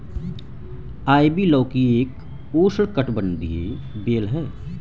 ivy लौकी एक उष्णकटिबंधीय बेल है